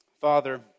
Father